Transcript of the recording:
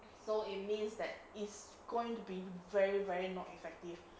so it means that is going to be very very not effective